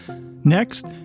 Next